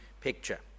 picture